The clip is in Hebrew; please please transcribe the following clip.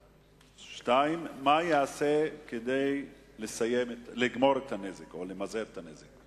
2. מה ייעשה כדי למזער את הנזק?